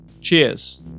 Cheers